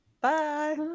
Bye